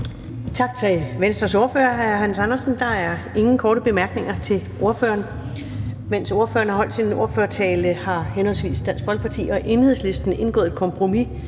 Tak til Venstres ordfører, hr. Hans Andersen. Der er ingen korte bemærkninger til ordføreren. Mens ordføreren har holdt sin ordførertale, har henholdsvis Dansk Folkeparti og Enhedslisten indgået et kompromis,